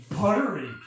Buttery